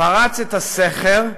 פרץ את הסכר,